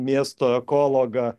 miesto ekologą